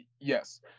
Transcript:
Yes